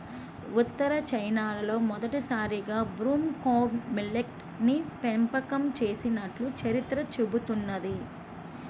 ఉత్తర చైనాలో మొదటిసారిగా broom corn millet ని పెంపకం చేసినట్లు చరిత్ర చెబుతున్నది